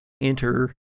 enter